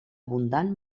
abundant